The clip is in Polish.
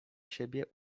siebie